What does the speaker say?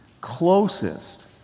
closest